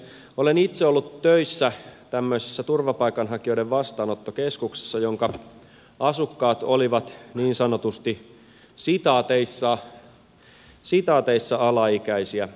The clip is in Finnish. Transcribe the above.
olen itse ollut töissä tämmöisessä turvapaikanhakijoiden vastaanottokeskuksessa jonka asukkaat olivat niin sanotusti sitaateissa alaikäisiä